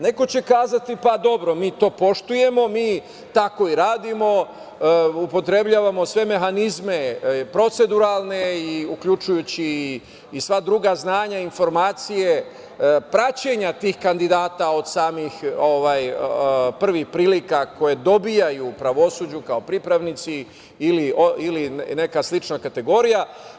Neko će kazati – pa dobro, mi to poštujemo, mi tako i radimo, upotrebljavamo sve mehanizme proceduralne, uključujući i sva druga znanja i informacije, praćenja tih kandidata od samih prvih prilika koje dobijaju u pravosuđu kao pripravnici ili neka slična kategorija.